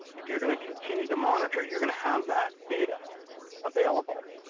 if you're going to continue to monitor, you're going to have that data available.